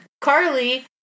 Carly